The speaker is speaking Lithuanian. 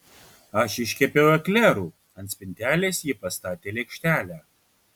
aš iškepiau eklerų ant spintelės ji pastatė lėkštelę